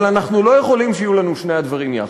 אבל אנחנו לא יכולים שיהיו לנו שני הדברים יחד,